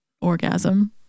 orgasm